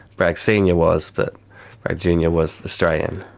bragg senior was but bragg junior was australian.